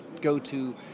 go-to